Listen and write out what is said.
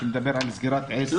שמדבר על סגירת עסק.